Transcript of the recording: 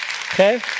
Okay